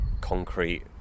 concrete